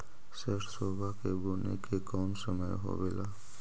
सरसोबा के बुने के कौन समय होबे ला?